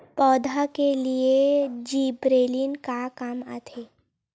पौधा के लिए जिबरेलीन का काम आथे?